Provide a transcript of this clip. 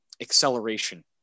acceleration